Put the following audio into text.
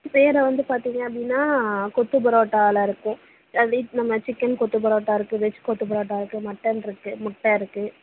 வேறு வந்து பார்த்தீங்க அப்படின்னா கொத்துப் பரோட்டாவில் இருக்கும் அப்படி நம்ம சிக்கன் கொத்து பரோட்டா இருக்குது வெஜ் கொத்து பரோட்டா இருக்குது மட்டன் இருக்குது முட்டை இருக்குது